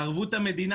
לגבי ערבות המדינה,